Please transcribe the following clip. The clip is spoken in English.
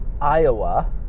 Iowa